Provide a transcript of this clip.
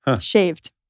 Shaved